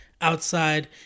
outside